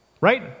right